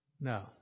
No